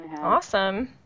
Awesome